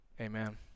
amen